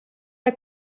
der